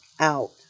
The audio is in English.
out